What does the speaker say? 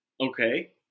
Okay